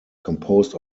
composed